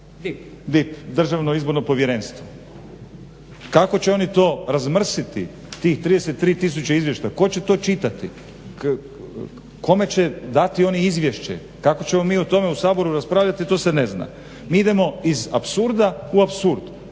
će se zatrpati DIP. Kako će oni to razmrsiti tih 33 tisuće izvještaja, tko će to čitati, kome će dati oni izvješće, kako ćemo mi o tome u Saboru raspravljati? To se ne zna. Mi idemo iz apsurda u apsurd.